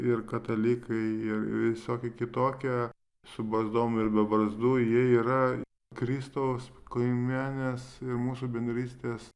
ir katalikai ir visokie kitokie su barzdom ir be barzdų jie yra kristaus kaimenės ir mūsų bendrystės